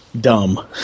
dumb